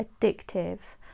addictive